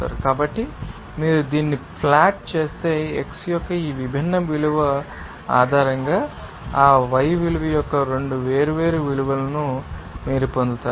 కాబట్టి మీరు దీన్ని ప్లాట్ చేస్తే x యొక్క ఈ విభిన్న విలువల ఆధారంగా ఆ y విలువ యొక్క 2 వేర్వేరు విలువలను మీరు పొందుతారు